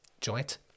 joint